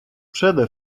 przede